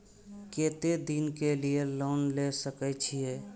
केते दिन के लिए लोन ले सके छिए?